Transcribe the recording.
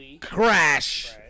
crash